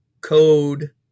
code